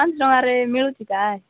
ପାଞ୍ଚ ଟଙ୍କାରେ ମିଳୁଛି କାଇ